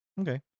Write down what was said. Okay